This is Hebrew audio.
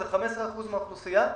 15 אחוזים מהאוכלוסייה,